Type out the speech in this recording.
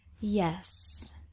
Yes